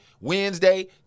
Wednesday